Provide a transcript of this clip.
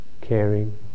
caring